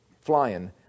flying